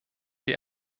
die